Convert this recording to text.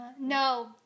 No